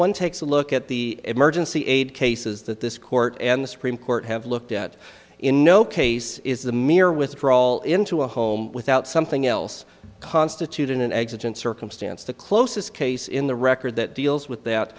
one takes a look at the emergency aid cases that this court and the supreme court have looked at in no case is the mere with a crawl into a home without something else constitute an existent circumstance to close this case in the record that deals with that